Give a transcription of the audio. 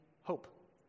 hope